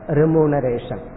remuneration